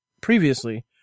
previously